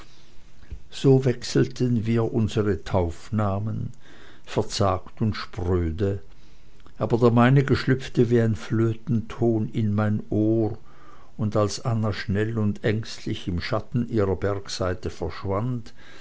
so wechselten wir unsere taufnamen verzagt und spröde aber der meinige schlüpfte wie ein flötenton in mein ohr und als anna schnell und ängstlich im schatten ihrer bergseite verschwand